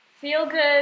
feel-good